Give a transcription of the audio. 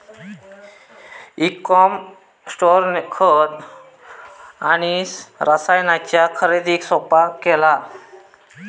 E com स्टोअरनी खत आणि रसायनांच्या खरेदीक सोप्पा केला